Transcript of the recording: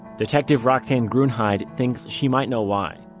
detective roxane gruenheid thinks she might know why.